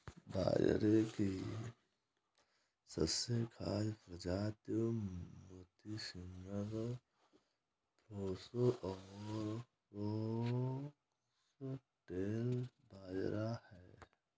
बाजरे की सबसे खास प्रजातियाँ मोती, फिंगर, प्रोसो और फोक्सटेल बाजरा है